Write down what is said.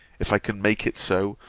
if i can make it so,